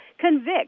convict